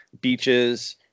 beaches